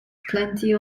plenty